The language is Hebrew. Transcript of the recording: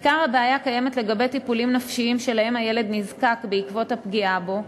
עיקר הבעיה קיימת לגבי טיפולים נפשיים שלהם הילד נזקק בעקבות הפגיעה בו.